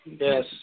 Yes